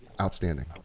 outstanding